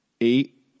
eight